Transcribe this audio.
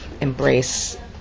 embrace